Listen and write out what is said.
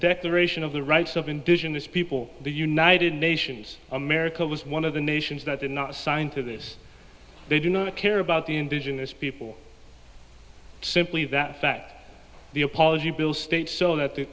declaration of the rights of indigenous people the united nations america was one of the nations that did not sign to this they do not care about the indigenous people simply that that the apology bill states so that the